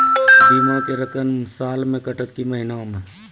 बीमा के रकम साल मे कटत कि महीना मे?